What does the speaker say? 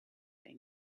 they